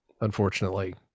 unfortunately